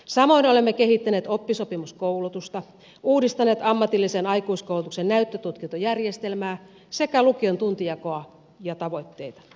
samoin olemme kehittäneet oppisopimuskoulutusta uudistaneet ammatillisen aikuiskoulutuksen näyttötutkintojärjestelmää sekä lukion tuntijakoa ja tavoitteita